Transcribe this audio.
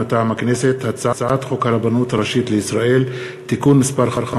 מטעם הכנסת: הצעת חוק הרבנות הראשית לישראל (תיקון מס' 5